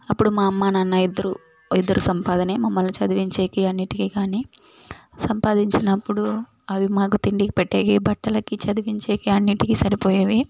అప్పుడు మా అమ్మ నాన్న ఇద్దరు ఇద్దరు సంపాదనే మమ్మల్ని చదివించేకి అన్నిటికి కానీ సంపాదించినప్పుడు అవి మాకు తిండికి పెట్టేకి బట్టలకి చదివించేకి అన్నిటికీ సరిపోయేవి